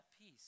peace